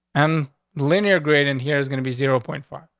and linear great in here is gonna be zero point four.